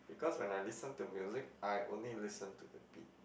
because when I listen to music I only listen to the beat